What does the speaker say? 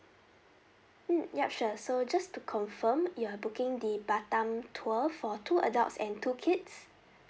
mm ya sure so just to confirm you are booking the batam tour for two adults and two kids